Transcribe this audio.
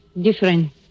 different